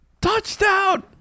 Touchdown